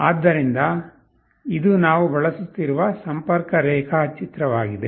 ಆದ್ದರಿಂದ ಇದು ನಾವು ಬಳಸುತ್ತಿರುವ ಸಂಪರ್ಕ ರೇಖಾಚಿತ್ರವಾಗಿದೆ